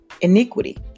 iniquity